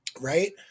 Right